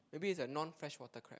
maybe it's a non freshwater crab